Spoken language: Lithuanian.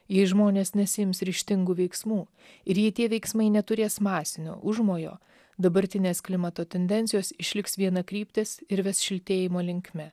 jei žmonės nesiims ryžtingų veiksmų ir jei tie veiksmai neturės masinio užmojo dabartinės klimato tendencijos išliks vienakryptės ir ves šiltėjimo linkme